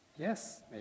Yes